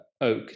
Oak